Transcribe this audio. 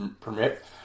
permit